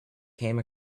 came